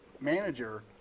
manager